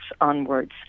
onwards